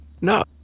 No